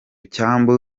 cyambu